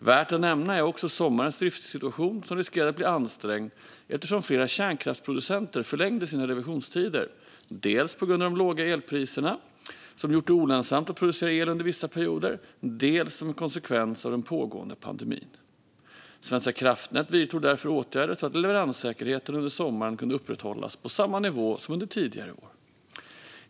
Värt att nämna är också sommarens driftssituation som riskerade att bli ansträngd eftersom flera kärnkraftsproducenter förlängde sina revisionstider, dels på grund av de låga elpriserna som gjort det olönsamt att producera el under vissa perioder, dels som konsekvens av den pågående pandemin. Svenska kraftnät vidtog därför åtgärder så att leveranssäkerheten under sommaren kunde upprätthållas på samma nivå som under tidigare år.